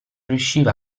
riusciva